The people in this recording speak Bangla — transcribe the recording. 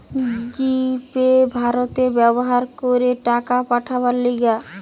জি পে ভারতে ব্যবহার করে টাকা পাঠাবার লিগে